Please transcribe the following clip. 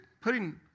putting